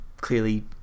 clearly